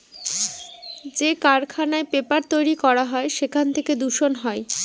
যে কারখানায় পেপার তৈরী করা হয় সেখান থেকে দূষণ হয়